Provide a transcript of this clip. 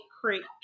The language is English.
Creek